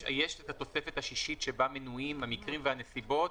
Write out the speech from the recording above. יש את התוספת השישית שבה מנויים המקרים והנסיבות,